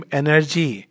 energy